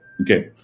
Okay